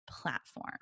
platform